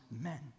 men